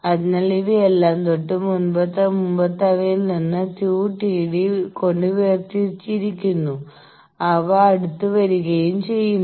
അതിനാൽ ഇവയെല്ലാം തൊട്ട് മുമ്പത്തവയിൽ നിന്ന് 2 Td കൊണ്ട് വേർതിരിച്ചിരിക്കുന്നു അവ അടുത്ത് വരികയും ചെയുന്നു